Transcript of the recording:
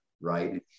right